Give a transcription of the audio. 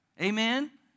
Amen